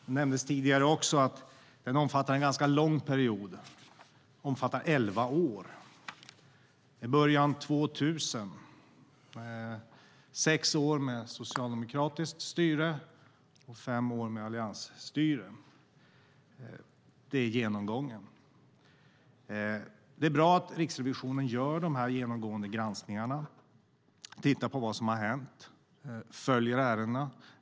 Det nämndes också tidigare att den omfattar en ganska lång period, elva år, med början år 2000. Det är sex år med socialdemokratiskt styre och fem år med alliansstyre. Det är bra att Riksrevisionen gör de här genomgående granskningarna, tittar på vad som hänt och följer ärendena.